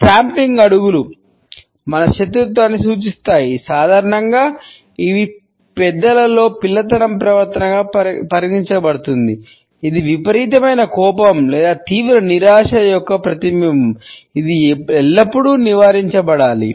stamping అడుగులు మన శత్రుత్వాన్ని సూచిస్తాయి సాధారణంగా ఇది పెద్దలలో పిల్లతనం ప్రవర్తనగా పరిగణించబడుతుంది ఇది విపరీతమైన కోపం లేదా తీవ్ర నిరాశ యొక్క ప్రతిబింబం ఇది ఎల్లప్పుడూ నివారించబడాలి